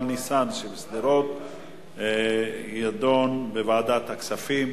"ניסן" בשדרות תידון בוועדת הכספים,